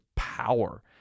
Power